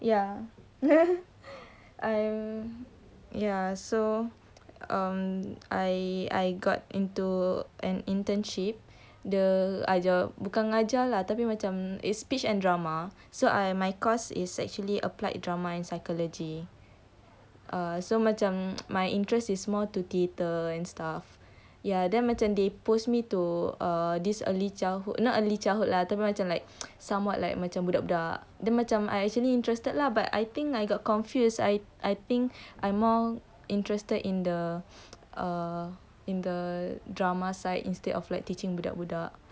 ya um ya so um I I got into an internship dia ajar bukan ajar lah tapi macam it's speech and drama so I um my course actually applied drama and psychology uh so macam my interest is more to theater and stuff ya they macam post me to uh this early childhood not early childhood lah tapi macam like somewhat macam budak-budak dia macam actually interested uh tapi I got confuse I think I more interested in the uh in the drama side instead of teaching budak-budak